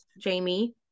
Jamie